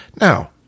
Now